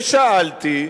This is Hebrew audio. ושאלתי,